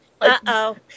Uh-oh